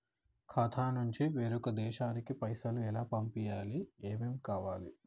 ఖాతా నుంచి వేరొక దేశానికి పైసలు ఎలా పంపియ్యాలి? ఏమేం కావాలి?